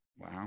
Wow